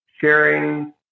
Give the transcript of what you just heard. sharing